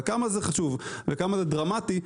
וכמה זה חשוב וכמה זה דרמטי,